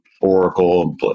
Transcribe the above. Oracle